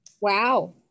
Wow